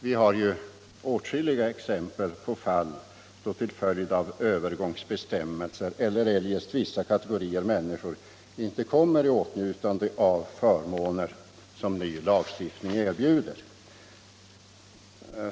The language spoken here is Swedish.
Vi har åtskilliga exempel på fall, då till följd av övergångsbestämmelser eller eljest vissa kategorier av människor inte kommer i åtnjutande av förmåner som ny lagstiftning erbjuder.